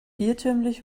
irrtümlich